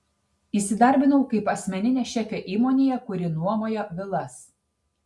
įsidarbinau kaip asmeninė šefė įmonėje kuri nuomoja vilas